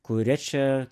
kuria čia